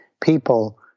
people